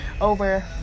over